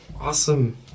Awesome